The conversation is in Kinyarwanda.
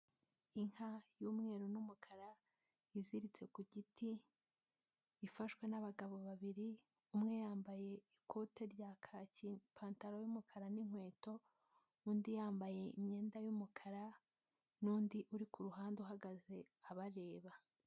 Inka y'umweru n'umukara iziritse ku giti ifashwe n'abagabo babiri, umwe yambaye ikote rya kaki, ipantaro y'umukara n'inkweto, undi yambaye imyenda y'umukara, n'undi uri ku ruhande uhagaze abareba.